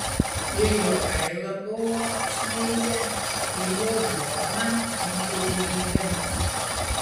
ir jogailą buvo apšmeižę ir jo žmoną įpėdiniui gimus